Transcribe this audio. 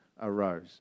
arose